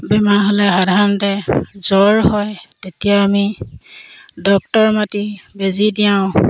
বেমাৰ হ'লে সাধাৰণতে জ্বৰ হয় তেতিয়া আমি ডক্তৰ মাতি বেজী দিওঁ